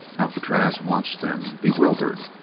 alcatraz watched them, bewildered.